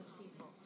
people